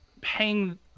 paying